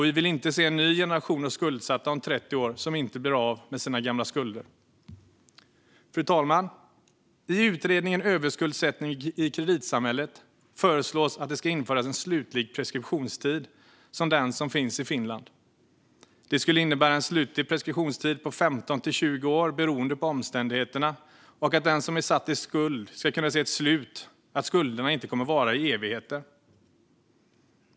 Vi vill inte se en ny generation av skuldsatta som om 30 år ännu inte blivit av med sina gamla skulder. Fru talman! I utredningen Överskuldsättning i kreditsamhället? föreslås att det ska införas en slutlig preskriptionstid som den som finns i Finland. Det skulle innebära en slutlig preskriptionstid på 15-20 år beroende på omständigheterna och att den som är satt i skuld ska kunna se ett slut - skulderna kommer inte att vara i evigheter.